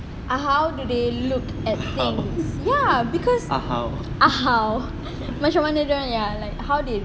uh how they look at things ya because ah how macam mana dia orang like how they